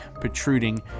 protruding